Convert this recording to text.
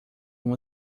uma